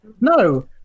No